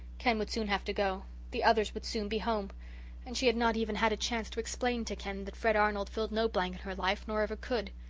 ken would soon have to go the others would soon be home and she had not even had a chance to explain to ken that fred arnold filled no blank in her life nor ever could.